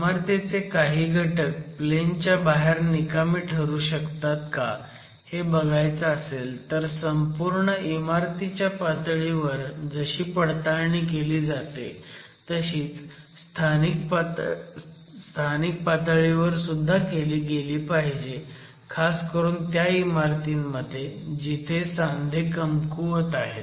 इमारतीचे काही घटक प्लेन च्या बाहेर निकामी ठरू शकतात का हे बघायचं असेल तर संपूर्ण इमारतीच्या पातळीवर जशी पडताळणी केली जाते तशीच स्थानिक पातळीवर सुद्धा केली गेली पाहिजे खास करून त्या इमारतींमध्ये जिथे सांधे कमकुवत आहेत